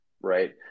right